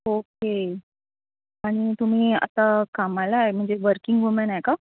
okay आणि तुम्ही आता कामाला आहे म्हणजे वर्किंग वुमेन आहे का